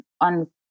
on